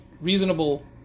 reasonable